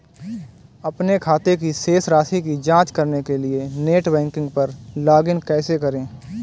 अपने खाते की शेष राशि की जांच करने के लिए नेट बैंकिंग पर लॉगइन कैसे करें?